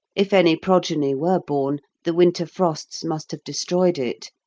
if any progeny were born, the winter frosts must have destroyed it,